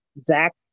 Zach